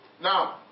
Now